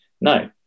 no